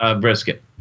brisket